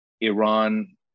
Iran